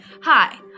Hi